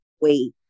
wait